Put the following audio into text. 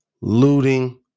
looting